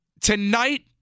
tonight